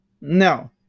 No